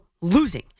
losing